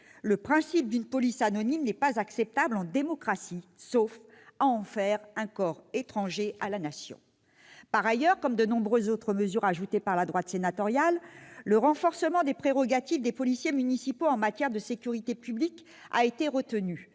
le principe d'une police anonyme n'est pas acceptable en démocratie, sauf à en faire un corps étranger à la Nation. Ensuite, comme de nombreuses autres mesures ajoutées par la droite sénatoriale, le renforcement des prérogatives des policiers municipaux en matière de sécurité publique a été retenu.